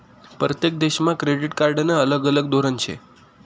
परतेक देशमा क्रेडिट कार्डनं अलग अलग धोरन शे